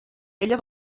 ella